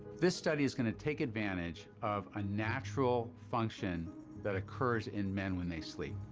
this study is gonna take advantage of a natural function that occurs in men when they sleep.